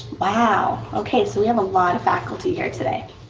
wow. okay. so we have a lot of faculty here today.